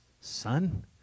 son